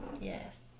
Yes